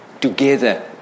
Together